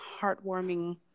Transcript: heartwarming